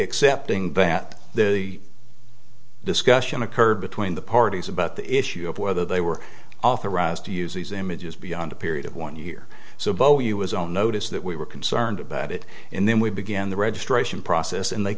accepting that the discussion occurred between the parties about the issue of whether they were authorized to use these images beyond a period of one year so boyi was zero notice that we were concerned about it and then we began the registration process and they